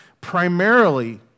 primarily